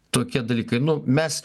tokie dalykai nu mes